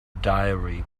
diary